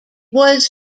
was